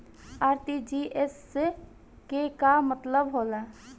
RTGS के का मतलब होला?